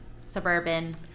suburban